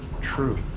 true